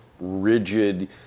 rigid